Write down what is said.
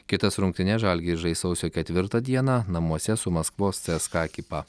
kitas rungtynes žalgiris žais sausio ketvirtą dieną namuose su maskvos cska ekipa